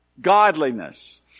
Godliness